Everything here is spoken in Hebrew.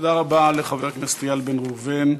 תודה רבה לחבר הכנסת איל בן ראובן.